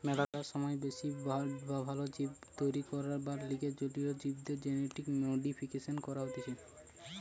ম্যালা সময় বেশি ভাল জীব তৈরী করবার লিগে জলীয় জীবদের জেনেটিক মডিফিকেশন করা হতিছে